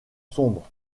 sombre